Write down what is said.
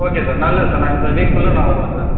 okay sir நல்லது sir நான் இந்த வீக்குள்ளே நான் வருவேன் சார்